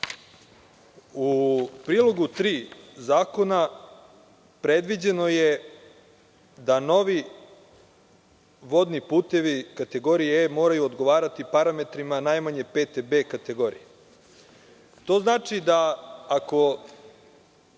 prilogu tri zakona predviđeno je da novi vodni putevi kategorije E moraju odgovarati parametrima najmanje pete B kategorije. To znači da ako